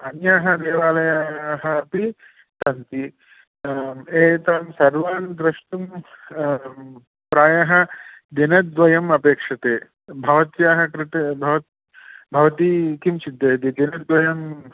अन्याः देवालयाः अपि सन्ति एतान् सर्वान् द्रष्टुं प्रायः दिनद्वयम् अपेक्षते भवत्याः कृते भवत् भवती किं चिन्तयति दिनद्वयं